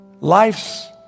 life's